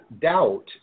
doubt